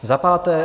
Za páté.